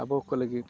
ᱟᱵᱚᱠᱚ ᱞᱟᱹᱜᱤᱫ